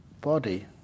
body